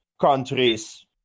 countries